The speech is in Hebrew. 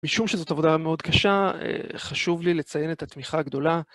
משום שזאת עבודה מאוד קשה, חשוב לי לציין את התמיכה הגדולה.